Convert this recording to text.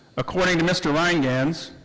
according to mr. rheingans,